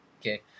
okay